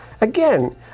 again